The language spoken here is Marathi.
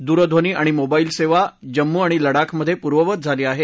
दूरध्वनी आणि मोबाईल सेवा जम्मू आणि लडाखमधे पूर्ववत झाली आहे